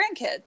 grandkids